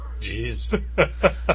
Jeez